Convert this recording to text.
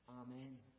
Amen